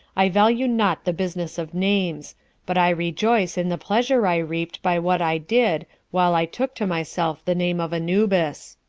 i value not the business of names but i rejoice in the pleasure i reaped by what i did, while i took to myself the name of anubis.